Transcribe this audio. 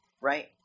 right